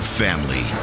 family